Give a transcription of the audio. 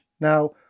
now